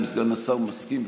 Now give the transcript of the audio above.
אם סגן השר מסכים,